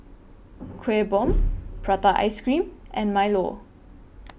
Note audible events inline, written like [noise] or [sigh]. [noise] Kueh Bom Prata Ice Cream and Milo